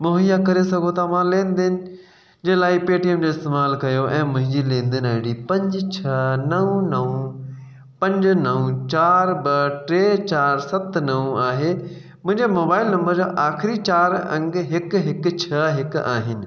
मुहैया करे सघो था मां लेनदेन जे लाइ पेटीएम जो इस्तेमालु करे रहियो आहियां मुंहिंजी लेनदेन आई डी पंज छह नव नव पंज नव चारि ॿ टे चारि सत नव आहे मुंहिंजे मोबाइल नम्बर जा आख़िरी चारि अंग हिकु हिकु छह हिकु आहिनि